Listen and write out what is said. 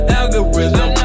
algorithm